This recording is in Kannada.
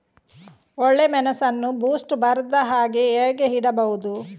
ಒಳ್ಳೆಮೆಣಸನ್ನು ಬೂಸ್ಟ್ ಬರ್ದಹಾಗೆ ಹೇಗೆ ಇಡಬಹುದು?